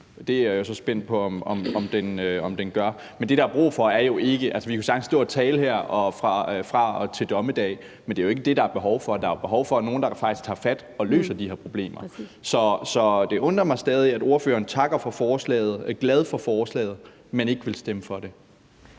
Det er jeg jo så spændt på om den gør. Vi kan sagtens stå her og tale fra nu af og til dommedag, men det er jo ikke det, der er behov for. Der er behov for, at der faktisk er nogle, der tager fat og løser de her problemer. Så det undrer mig stadig, at ordføreren takker for forslaget, er glad for forslaget, men ikke vil stemme for det.